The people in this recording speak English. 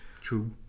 True